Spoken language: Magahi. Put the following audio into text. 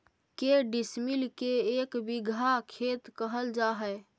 के डिसमिल के एक बिघा खेत कहल जा है?